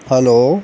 hello